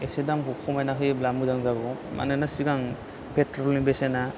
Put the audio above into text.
एसे दामखौ खमायना होयोब्ला मोजां जागौ मानोना सिगां पेट्रलनि बेसेना